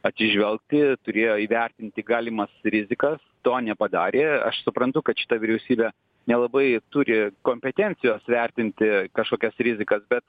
atsižvelgti turėjo įvertinti galimas rizikas to nepadarė aš suprantu kad šita vyriausybė nelabai turi kompetencijos vertinti kažkokias rizikas bet